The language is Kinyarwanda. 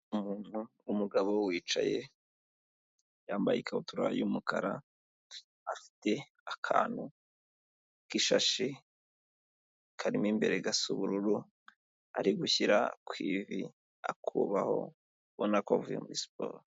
Umuntu w'umugabo wicaye, yambaye ikabutura y'umukara, afite akantu k'ishashi karimo imbere gasa ubururu, ari gushyira ku ivi, akubaho ubona ko avuye muri siporo.